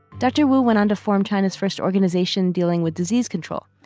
dr. wu went on to form china's first organization dealing with disease control.